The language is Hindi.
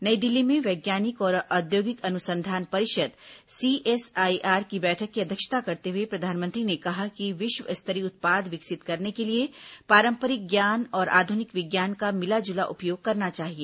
नई दिल्ली में वैज्ञानिक और औद्योगिक अनुसंधान परिषद सीएसआईआर की बैठक की अध्यक्षता करते हुए प्रधानमंत्री ने कहा कि विश्व स्तरीय उत्पाद विकसित करने के लिए पारंपरिक ज्ञान और आधुनिक विज्ञान का मिलाजुला उपयोग करना चाहिए